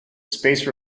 space